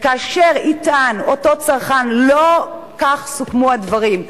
כאשר יטען אותו צרכן: לא כך סוכמו הדברים,